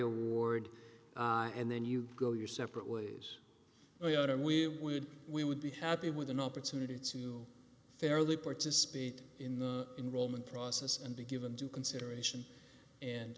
award and then you go your separate ways and we would we would be happy with an opportunity to fairly parts of speed in the enrollment process and be given due consideration and